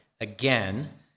again